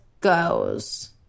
goes